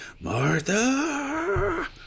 Martha